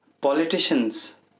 Politicians